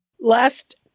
Last